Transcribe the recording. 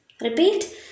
Repeat